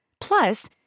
Plus